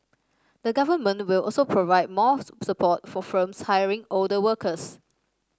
the government will also provide more support for firms hiring older workers